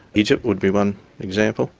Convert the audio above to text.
egypt would be one example,